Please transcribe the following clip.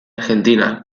argentina